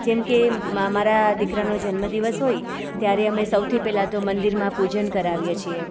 જેમકે મારા દીકરાનો જન્મદિવસ હોય ત્યારે અમે સૌથી પહેલાં તો મંદિરમાં પૂજન કરાવીએ છીએ